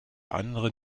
andere